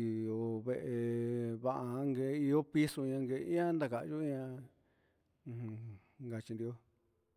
ihó vee va he ihó pizo un ihan ndakayuu ña ujun ngachinrió.